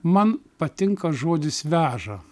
man patinka žodis veža